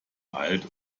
alt